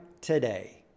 today